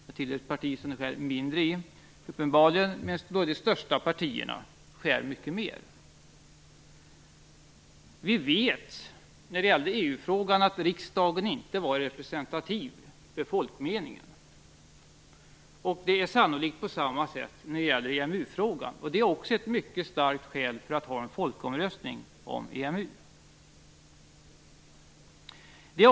Jag tillhör ett parti som de uppenbarligen skär mindre i, medan de i de största partierna skär mycket mer. När det gäller EU-frågan vet vi att riksdagen inte var representativ för folkmeningen. Det är sannolikt på samma sätt när det gäller EMU-frågan, vilket också är ett mycket starkt skäl för att ha en folkomröstning om EMU.